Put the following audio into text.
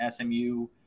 SMU